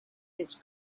his